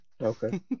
Okay